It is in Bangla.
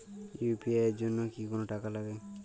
ইউ.পি.আই এর জন্য কি কোনো টাকা লাগে?